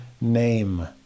name